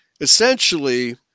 Essentially